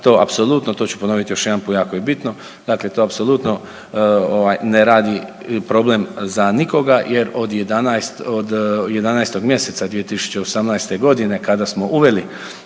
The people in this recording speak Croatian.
to apsolutno to ću ponovit još jedan put jako je bitno, dakle to apsolutno ne radi problem za nikoga jer od 11, od 11. mjeseca 2018. godine kada smo uveli